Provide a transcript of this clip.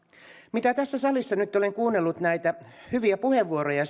tässä salissa nyt olen kuunnellut näitä sinänsä hyviä puheenvuoroja